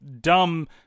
dumb